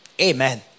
Amen